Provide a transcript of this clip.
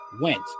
went